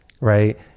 Right